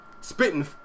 spitting